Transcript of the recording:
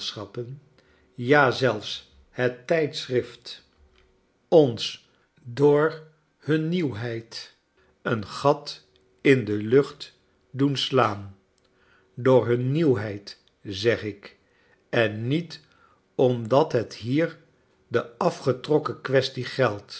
ja zelfs het tijdschrift schetsen uit amebika ons door hun nieuwheid een gat in de lucht doen slaan door hun nieuwheid zeg ik en niet omdat het hier de afgetrokken quaestie geldt